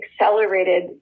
accelerated